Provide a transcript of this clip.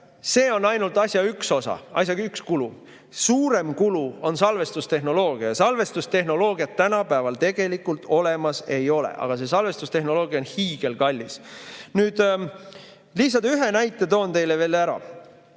See on ainult asja üks osa, asja üks kulu. Suurem kulu on salvestustehnoloogia ja salvestustehnoloogiat tänapäeval tegelikult olemas ei ole. Aga see salvestustehnoloogia on hiigelkallis. Toon lihtsalt ühe näite teile veel.